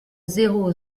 zéro